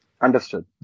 Understood